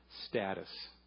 status